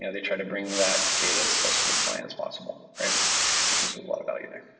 yeah they try to bring that data as close to the client as possible, because there's a lot of value there.